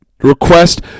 Request